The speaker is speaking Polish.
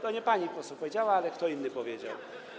To nie pani poseł powiedziała, kto inny to powiedział.